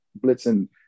blitzing